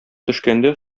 төшкәндә